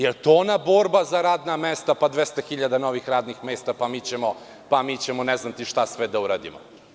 Da li je to borba za ona radna mesta, pa 200.000 novih radnih mesta, pa mi ćemo ne znam šta sve da uradimo?